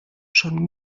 schon